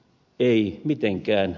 ei mitenkään